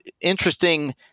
interesting